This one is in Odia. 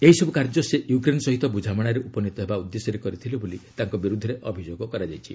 ଏହିସବୁ କାର୍ଯ୍ୟ ସେ ୟୁକ୍ରେନ ସହିତ ବୁଝାମଣାରେ ଉପନୀତ ହେବା ଉଦ୍ଦେଶ୍ୟରେ କରିଥିଲେ ବୋଲି ତାଙ୍କ ବିରୁଦ୍ଧରେ ଅଭିଯୋଗ କରାଯାଇଛି